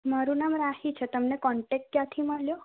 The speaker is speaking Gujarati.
મારું નામ રાહી છે તમને કોન્ટેક્ટ ક્યાંથી મળ્યો